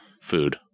food